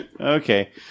Okay